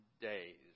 days